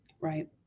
Right